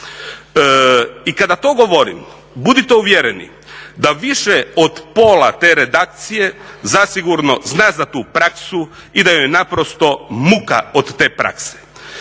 I kada to govorim budite uvjereni da više od pola te redakcije zasigurno zna za tu praksu i da joj je naprosto muka od te prakse.